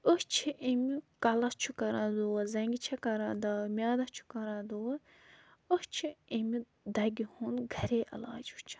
أسۍ چھِ اَمہِ کَلَس چھُ کَران دود زَنٛگہِ چھےٚ کَران دَگ میٛادَس چھُ کَران دود أسۍ چھِ اَمہِ دَگہِ ہُنٛد گَرے علاج وٕچھان